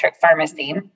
pharmacy